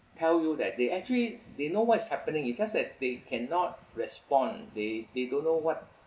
tell you that they actually they know what is happening it's just that they cannot respond they they don't know what